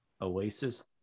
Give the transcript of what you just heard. Oasis